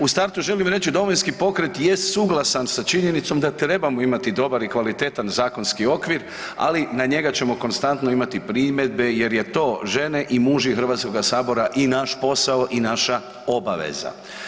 U startu želim reći Domovinski pokret jest suglasan sa činjenicom da trebamo imati dobar i kvalitetan zakonski okvir, ali na njega ćemo konstantno imati primjedbe jer je to žene i muži HS i naš posao i naša obaveza.